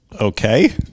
Okay